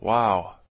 Wow